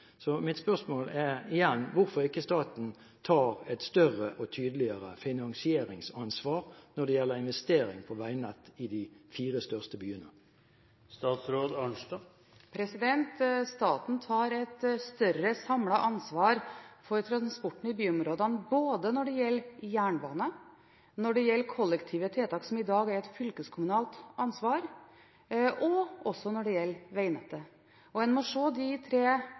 så mitt spørsmål er igjen: Hvorfor tar ikke staten et større og tydeligere finansieringsansvar når det gjelder investering i veinett i de fire største byene? Staten tar et større samlet ansvar for transporten i byområdene når det gjelder både jernbane, kollektive tiltak som i dag er et fylkeskommunalt ansvar, og vegnett. En må se alt det i sammenheng dersom en er opptatt av de